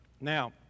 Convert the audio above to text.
Now